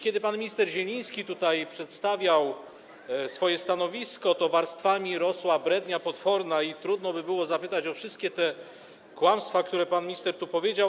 Kiedy pan minister Zieliński przedstawiał swoje stanowisko, to warstwami rosła potworna brednia i trudno by było zapytać o wszystkie te kłamstwa, które pan minister tu wypowiedział.